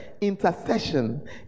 intercession